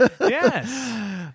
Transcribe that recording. Yes